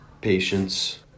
patience